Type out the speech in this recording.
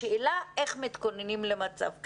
והשאלה היא איך מתכוננים למצב כזה.